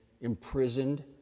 imprisoned